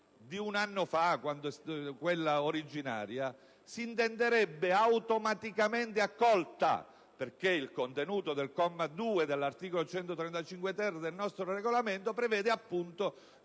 di un anno fa, quella originaria, si intenderebbe automaticamente accolta. Il contenuto del comma 2 dell'articolo 135-*ter* del nostro Regolamento prevede appunto